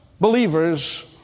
believers